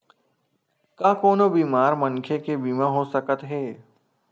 का कोनो बीमार मनखे के बीमा हो सकत हे?